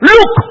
Look